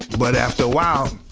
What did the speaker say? but after a while,